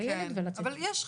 זה מיועד למצבים,